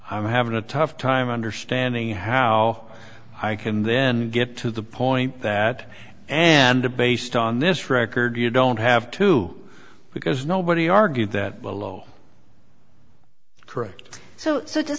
i'm having a tough time understanding how i can then get to the point that and to based on this record you don't have to because nobody argued that below correct so so does